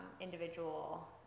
individual